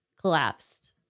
collapsed